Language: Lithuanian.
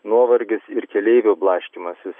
nuovargis ir keleivo blaškymasis